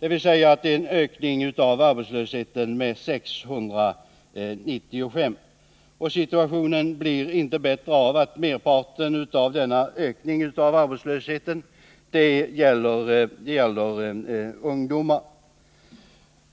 dvs. en ökning av arbetslösheten med 695. Situationen blir inte bättre av att merparten av denna ökning av arbetslösheten gäller ungdomar.